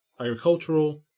agricultural